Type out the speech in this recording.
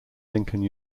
lincoln